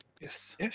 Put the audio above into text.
Yes